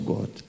God